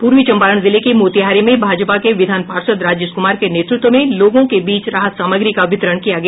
पूर्वी चम्पारण जिले के मोतिहारी में भाजपा के विधान पार्षद राजेश कुमार के नेतृत्व में लोगों के बीच राहत सामग्री का वितरण किया गया